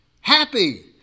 Happy